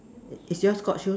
is your court shoes